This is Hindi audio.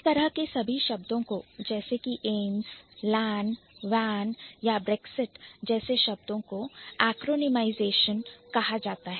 इस तरह के सभी शब्दों को जैसे कि AIIMS AIIMS LAN LAN WAN वैन या Brexitब्रेक्जिट जैसे शब्दों को acronymisation एक्रोनीमेरा फोनमाईसेशन संक्षिप्त रूप कहां जाता है